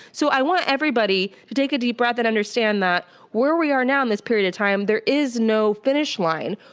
so i want everybody to take a deep breath and understand that where we are now in this period of time, there is no finish line.